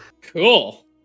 Cool